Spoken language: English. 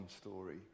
story